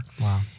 Wow